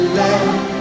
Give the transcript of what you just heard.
let